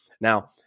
Now